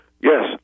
Yes